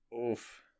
Oof